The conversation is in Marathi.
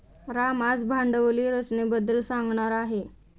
राम आज भांडवली रचनेबद्दल सांगणार आहे